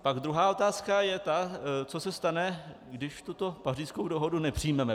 Pak druhá otázka je ta, co se stane, když tuto Pařížskou dohodu nepřijmeme.